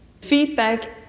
Feedback